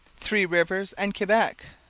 three rivers, and quebec.